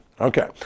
okay